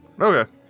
Okay